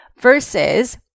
versus